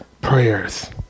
prayers